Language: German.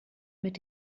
mit